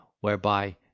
whereby